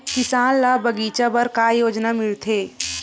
किसान ल बगीचा बर का योजना मिलथे?